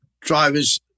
drivers